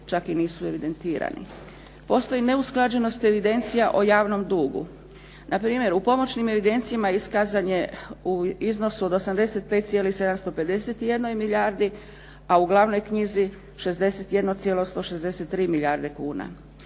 čak i nisu evidentirani. Postoji neusklađenost evidencija o javnom dugu. Npr. u pomoćnim evidencijama iskazan je u iznosu od 85,751 milijardi a u glavnoj knjizi 61,163 milijarde kuna.